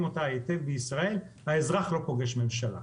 היטב אותה בישראל האזרח לא פוגש ממשלה.